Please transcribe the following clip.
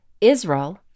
Israel